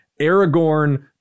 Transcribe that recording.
Aragorn